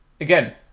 again